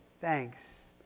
thanks